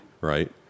Right